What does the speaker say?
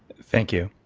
thank you.